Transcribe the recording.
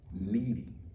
needy